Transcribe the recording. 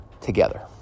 together